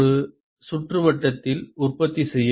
ஒரு சுற்றுவட்டத்தில் உற்பத்தி செய்யப்படும் ஈ